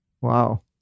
Wow